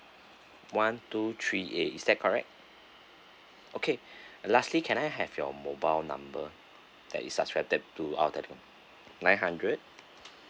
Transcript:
one two three eight is that correct okay lastly can I have your mobile number that is subscripted to our telecom nine hundred